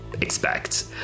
expect